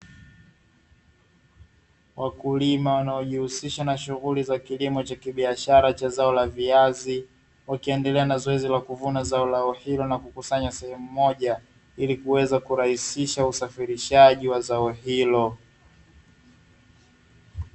Wakulima wanaojihusisha na shughuli za kilimo cha kibiashara cha zao la viazi, wakiendelea na zoezi la kuvuna zao lao hilo na kukusanya sehemu moja, ili kuweza kurahisisha usafirishaji wa zao hilo.